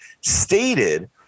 stated